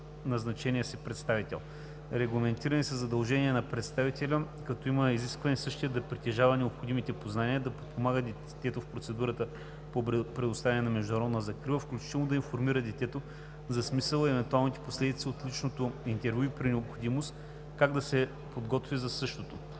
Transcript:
назначения си представител. Регламентирани са задълженията на представителя, като има изискване същият да притежава необходимите познания, да подпомага детето в процедурата по предоставяне на международна закрила, включително да информира детето за смисъла и евентуалните последствия от личното интервю и при необходимост – как да се подготви за същото.